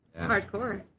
Hardcore